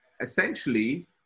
essentially